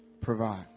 provide